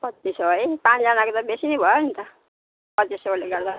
पच्चिस सौ है पाँचजनाको त बेसी नै भयो नि त पच्चिस सौले गर्दा